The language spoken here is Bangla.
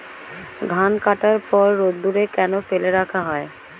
ধান কাটার পর রোদ্দুরে কেন ফেলে রাখা হয়?